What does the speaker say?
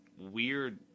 weird